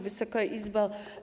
Wysoka Izbo!